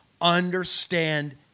understand